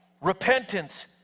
repentance